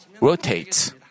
rotates